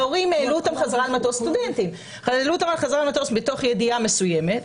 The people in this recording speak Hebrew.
ההורים העלו אותם חזרה על מטוס מתוך ידיעה מסוימת.